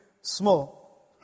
small